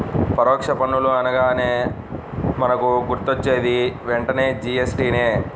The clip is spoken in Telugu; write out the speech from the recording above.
పరోక్ష పన్నులు అనగానే మనకు గుర్తొచ్చేది వెంటనే జీ.ఎస్.టి నే